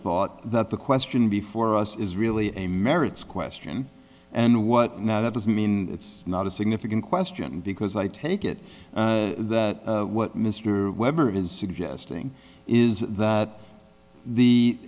thought that the question before us is really a merits question and what now that doesn't mean it's not a significant question because i take it what mr weber is suggesting is that the